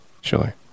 sure